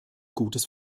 gutes